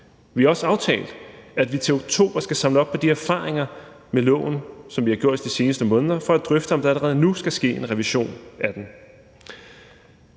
Vi har også aftalt, at vi til oktober skal samle op på de erfaringer med loven, som vi har gjort os de seneste måneder, for at drøfte, om der allerede nu skal ske en revision af den.